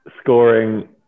scoring